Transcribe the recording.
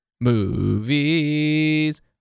Movies